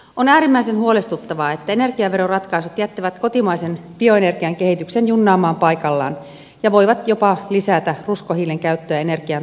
on äärimmäisen huolestuttavaa että energiaveroratkaisut jättävät kotimaisen bioenergian kehityksen junnaamaan paikallaan ja voivat jopa lisätä ruskohiilen käyttöä energian tuotannossa